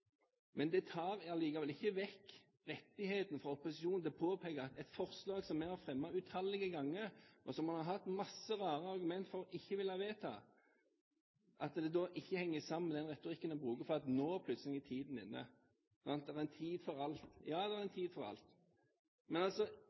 Men det tar likevel ikke vekk opposisjonens rett til å påpeke at et forslag som vi har fremmet utallige ganger – som en har hatt masse rare argumenter for ikke å ville vedta – ikke henger sammen med den retorikken en bruker for at nå er plutselig tiden inne. Det er en tid for alt. Ja, det er en tid for alt, men altså: